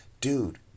dude